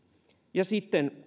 ja sitten